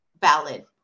valid